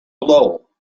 blow